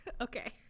Okay